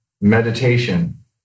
meditation